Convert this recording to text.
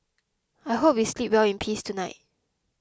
I hope we sleep well in peace tonight